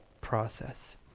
process